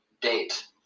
date